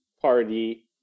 party